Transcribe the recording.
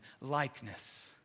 likeness